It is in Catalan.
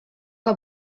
que